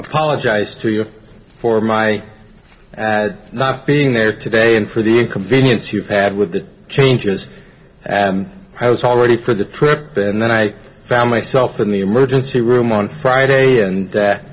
apologize to you for my not being there today and for the inconvenience you've had with the changes and i was already through the prep and then i found myself in the emergency room on friday and that